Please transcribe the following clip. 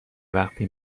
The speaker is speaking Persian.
وقتی